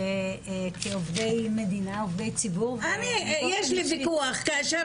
כעובדי מדינה וציבור --- יש לי ויכוח כאשר